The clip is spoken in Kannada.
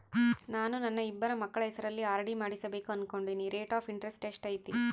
ನಾನು ನನ್ನ ಇಬ್ಬರು ಮಕ್ಕಳ ಹೆಸರಲ್ಲಿ ಆರ್.ಡಿ ಮಾಡಿಸಬೇಕು ಅನುಕೊಂಡಿನಿ ರೇಟ್ ಆಫ್ ಇಂಟರೆಸ್ಟ್ ಎಷ್ಟೈತಿ?